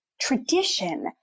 tradition